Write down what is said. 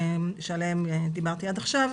שעליהם דיברתי עד עכשיו,